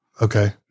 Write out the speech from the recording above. Okay